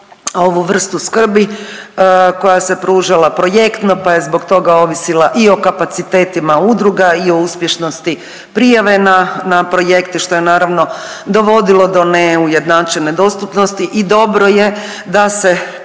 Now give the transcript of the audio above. ovu vrstu skrbi koja se pružala projektno pa je zbog toga ovisila o kapacitetima udruga i o uspješnosti prijave na projekte što je naravno dovodilo do neujednačene dostupnosti i dobro je da se